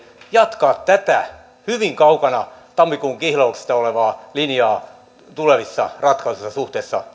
jatkaa tätä hyvin kaukana tammikuun kihlauksesta olevaa linjaa tulevissa ratkaisuissa suhteessa